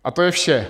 A to je vše.